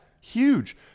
huge